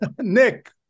nick